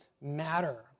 matter